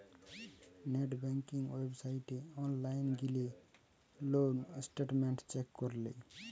net banking ওয়েবসাইটে online গিলে loan statement check করলে